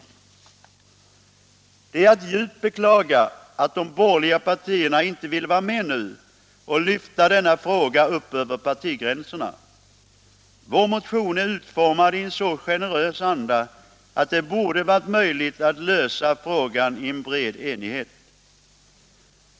Det är att djupt beklaga att de borgerliga partierna icke ville vara med nu och lyfta denna fråga upp över partigränserna. Vår motion är utformad i en så generös anda att det borde ha varit möjligt att lösa frågan i bred enighet.